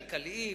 כלכליים,